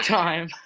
time